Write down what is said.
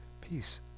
Peace